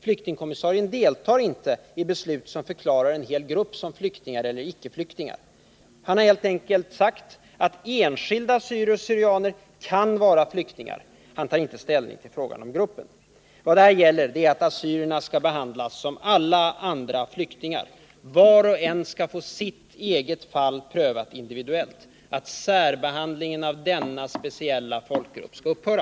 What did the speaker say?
Flyktingkommissarien deltar inte i beslut som förklarar en hel folkgrupp vara icke-flyktingar. Han har helt enkelt sagt att enskilda assyrier och syrianer kan vara flyktingar. Han tar inte ställning till frågan om gruppen. Vad det här gäller är att assyrierna skall behandlas som alla andra flyktingar. Var och en skall få sitt eget fall prövat individuellt. Särbehandlingen av denna speciella folkgrupp skall upphöra.